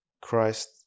Christ